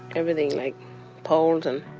everything like poles and,